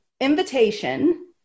invitation